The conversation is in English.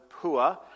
Pua